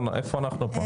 איפה אנחנו פה?